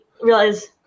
realize